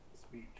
speech